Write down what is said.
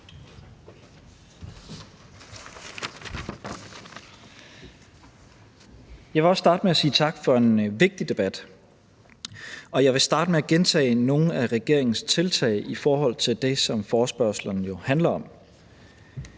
Jeg vil også starte med at sige tak for en vigtig debat, og jeg vil starte med at gentage nogle af regeringens tiltag i forhold til det, som forespørgslen jo handler om.